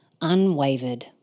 unwavered